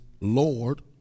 lord